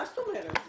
מה זאת אומרת?